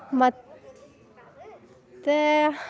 ಮತ್ತು ತ್ತೇ